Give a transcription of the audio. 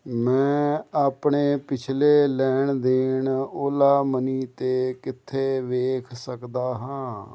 ਮੈਂ ਆਪਣੇ ਪਿੱਛਲੇ ਲੈਣ ਦੇਣ ਓਲਾ ਮਨੀ 'ਤੇ ਕਿੱਥੇ ਵੇਖ ਸਕਦਾ ਹਾਂ